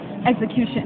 execution